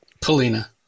Polina